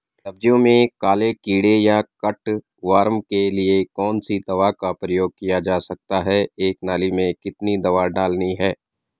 सब्जियों में काले कीड़े या कट वार्म के लिए कौन सी दवा का प्रयोग किया जा सकता है एक नाली में कितनी दवा डालनी है?